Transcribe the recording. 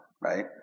right